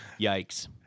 Yikes